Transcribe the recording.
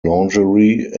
lingerie